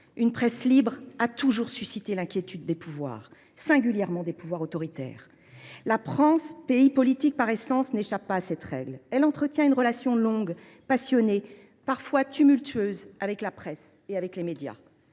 une presse libre a toujours suscité l’inquiétude des pouvoirs, singulièrement des pouvoirs autoritaires. La France, pays politique par essence, n’échappe pas à cette règle : elle entretient une relation longue, passionnée, parfois tumultueuse avec la presse et les médias.